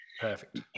Perfect